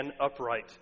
upright